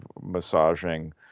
massaging